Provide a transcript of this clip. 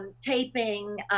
taping